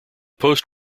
post